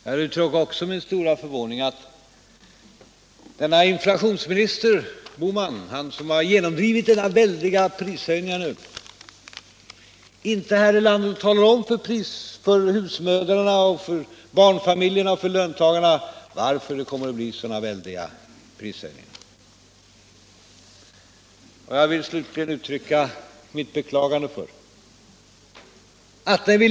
Jag uttrycker min stora förvåning också över att inflationsminister Bohman inte är här och talar om för husmödrarna, för barnfamiljerna och för löntagarna varför det kommer att bli så väldiga prishöjningar. Slutligen vill jag uttrycka mitt beklagande över att ni inte fattar den hand vi bjuder er.